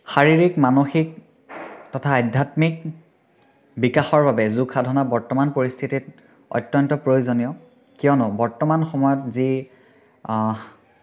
শাৰীৰিক মানসিক তথা আধ্যাত্মিক বিকাশৰ বাবে যোগসাধনা বৰ্তমান পৰিস্থিতিত অত্যন্ত প্ৰয়োজনীয় কিয়নো বৰ্তমান সময়ত যি